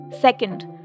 Second